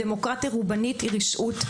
דמוקרטיה רובנית היא רשעות.